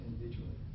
individually